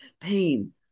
pain